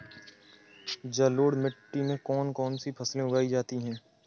जलोढ़ मिट्टी में कौन कौन सी फसलें उगाई जाती हैं?